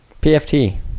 PFT